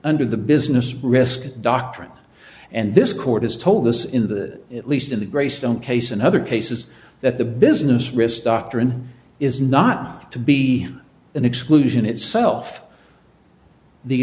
under the business risk doctrine and this court has told us in the at least in the greystone case and other cases that the business risk doctrine is not to be an exclusion itself the